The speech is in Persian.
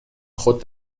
خود